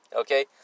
Okay